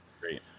Great